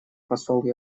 посол